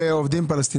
עובדים?